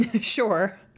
Sure